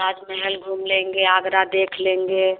ताज महल घूम लेंगे आगरा देख लेंगे